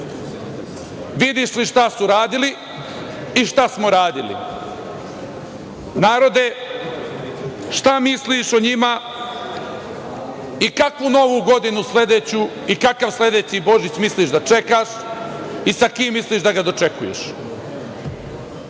vidiš li šta su radili i šta smo radili? Narode, šta misliš o njima i kakvu Novu godinu sledeću i kakav sledeći Božić misliš da čekaš i sa kim misliš da ga dočekuješ? Ja